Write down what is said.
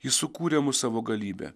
jis sukūrė mus savo galybe